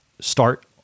start